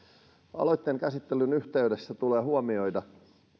aloitteen käsittelyn yhteydessä tulee huomioida